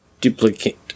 duplicate